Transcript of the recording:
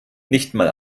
nichtmal